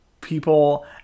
people